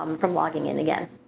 um from logging in again.